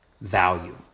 value